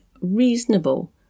reasonable